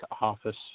office